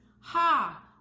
Ha